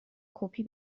کپی